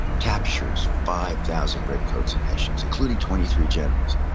captures five thousand redcoats and hessians, including twenty three generals.